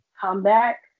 comeback